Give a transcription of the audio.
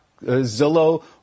Zillow